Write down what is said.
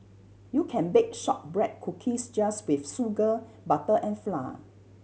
you can bake shortbread cookies just with sugar butter and flour